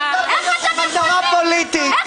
איפה